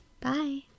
Bye